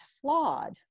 flawed